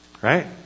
Right